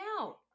out